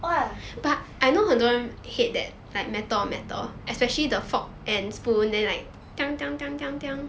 !wah!